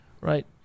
right